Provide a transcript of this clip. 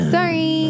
Sorry